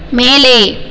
மேலே